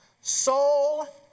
soul